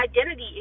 identity